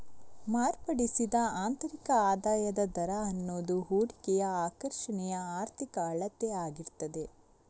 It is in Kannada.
ಮಾರ್ಪಡಿಸಿದ ಆಂತರಿಕ ಆದಾಯದ ದರ ಅನ್ನುದು ಹೂಡಿಕೆಯ ಆಕರ್ಷಣೆಯ ಆರ್ಥಿಕ ಅಳತೆ ಆಗಿರ್ತದೆ